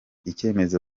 icyemezo